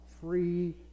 Free